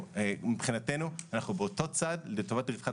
מבחינתנו אנחנו באותו צד לרווחת הצדדים.